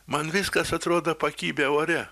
man viskas atrodo pakibę ore